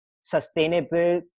sustainable